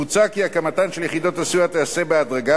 מוצע כי הקמת יחידות הסיוע תיעשה בהדרגה